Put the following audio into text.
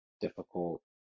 Difficult